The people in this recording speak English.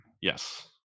yes